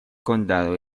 condado